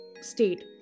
state